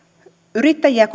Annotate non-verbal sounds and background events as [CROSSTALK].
yrittäjiä [UNINTELLIGIBLE]